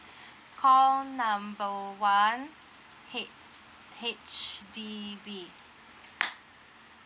call number one H~ H_D_B